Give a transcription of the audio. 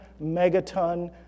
megaton